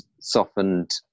softened